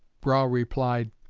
brough replied,